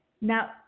Now